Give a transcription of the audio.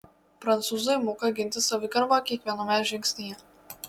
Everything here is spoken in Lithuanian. prancūzai moka ginti savigarbą kiekviename žingsnyje